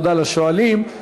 תודה לשואלים.